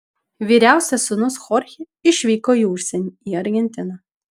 vyriausias sūnus chorchė išvyko į užsienį į argentiną